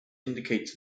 indicates